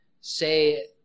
say